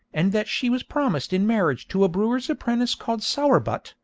and that she was promised in marriage to a brewer's apprentice called sowerbutt,